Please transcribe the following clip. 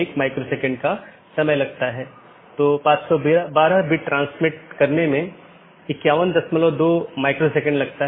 यदि स्रोत या गंतव्य में रहता है तो उस विशेष BGP सत्र के लिए ट्रैफ़िक को हम एक स्थानीय ट्रैफ़िक कहते हैं